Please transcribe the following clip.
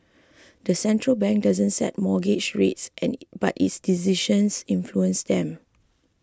the central bank doesn't set mortgage rates and but its decisions influence them